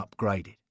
upgraded